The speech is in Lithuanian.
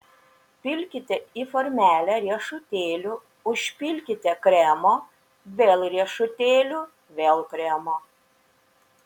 pilkite į formelę riešutėlių užpilkite kremo vėl riešutėlių vėl kremo